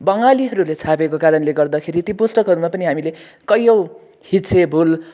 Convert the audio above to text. बङ्गालीहरूले छापेको कारणले गर्दाखेरी ती पुस्तकहरूमा पनि हामीले कयौँ हिज्जे भुलहरू